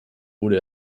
wurde